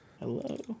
Hello